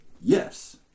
Yes